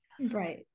right